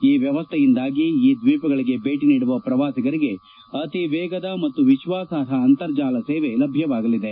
ಈ ವ್ಯವಸ್ಥೆಯಿಂದಾಗಿ ಈ ದ್ವೀಪಗಳಿಗೆ ಭೇಟಿ ನೀಡುವ ಪ್ರವಾಸಿಗರಿಗೆ ಅತಿವೇಗದ ಮತ್ತು ವಿಶ್ವಾಸಾರ್ಹ ಅಂತರ್ಜಾಲ ಸೇವೆ ಲಭ್ಯವಾಗಲಿದೆ